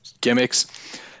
gimmicks